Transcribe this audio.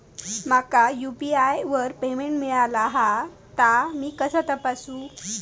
माका यू.पी.आय वर पेमेंट मिळाला हा ता मी कसा तपासू?